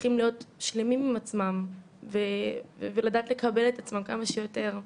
צריכים להיות שלמים עם עצמם ולדעת לקבל את עצמם כמה שיותר.